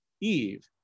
Eve